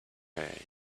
hay